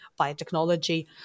biotechnology